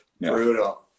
Brutal